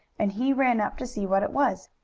and he ran up to see what it was.